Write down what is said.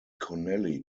connelly